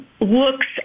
looks